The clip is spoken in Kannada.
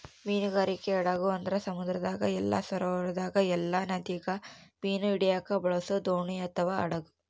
ಮೀನುಗಾರಿಕೆ ಹಡಗು ಅಂದ್ರ ಸಮುದ್ರದಾಗ ಇಲ್ಲ ಸರೋವರದಾಗ ಇಲ್ಲ ನದಿಗ ಮೀನು ಹಿಡಿಯಕ ಬಳಸೊ ದೋಣಿ ಅಥವಾ ಹಡಗು